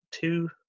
Two